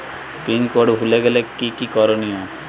Pin code ভুলে গেলে কি কি করনিয়?